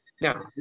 Now